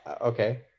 okay